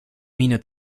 miene